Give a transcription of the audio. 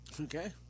Okay